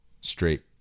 straight